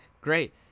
Great